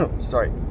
sorry